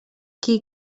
qui